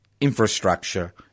infrastructure